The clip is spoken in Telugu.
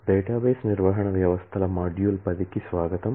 డేటాబేస్ నిర్వహణ వ్యవస్థల మాడ్యూల్ 10 కి స్వాగతం